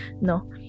no